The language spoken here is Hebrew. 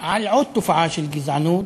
על עוד תופעה של גזענות